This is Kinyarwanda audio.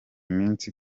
minsi